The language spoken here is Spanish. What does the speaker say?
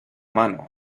mano